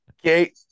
Okay